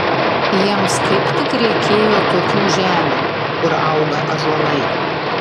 jiems kaip tik reikėjo tokių žemių kur auga ąžuolai